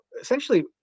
Essentially